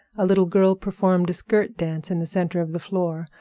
a little girl performed a skirt dance in the center of the floor.